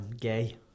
Gay